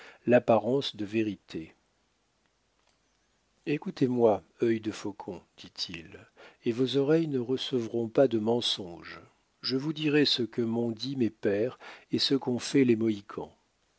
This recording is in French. l'apparence de vérité écoutez-moi œil de faucon dit-il et vos oreilles ne recevront pas de mensonges je vous dirai ce que m'ont dit mes pères et ce qu'ont fait les mohicans